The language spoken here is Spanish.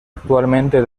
actualmente